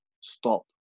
stop